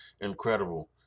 incredible